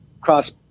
cross